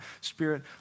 spirit